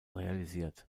realisiert